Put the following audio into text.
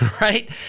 right